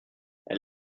elle